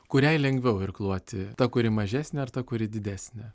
kuriai lengviau irkluoti ta kuri mažesnė ar ta kuri didesnė